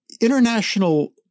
international